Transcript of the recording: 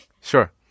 Sure